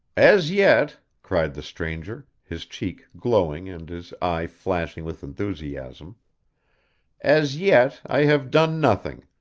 as yet cried the stranger his cheek glowing and his eye flashing with enthusiasm as yet, i have done nothing.